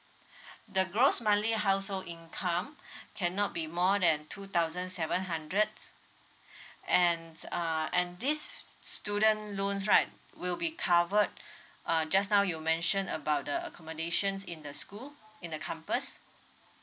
the gross monthly household income cannot be more than two thousand seven hundred and it's uh and this student loans right will be covered uh just now you mentioned about the accommodations in the school in the campus